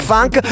Funk